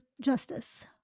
justice